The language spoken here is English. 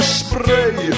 spray